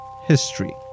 History